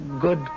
good